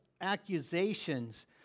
accusations